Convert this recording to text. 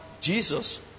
Jesus